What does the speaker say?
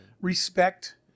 respect